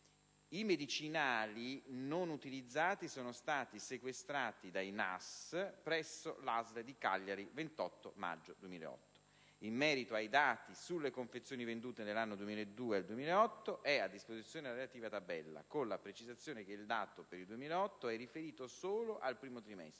I medicinali non utilizzati sono stati sequestrati dai NAS presso l'ASL di Cagliari il 28 maggio 2008. In merito ai dati sulle confezioni vendute dall'anno 2002 al 2008 è a disposizione la relativa tabella, con la precisazione che il dato per il 2008 è riferito solo al primo trimestre,